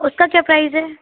उसका क्या प्राइज़ है